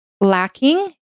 lacking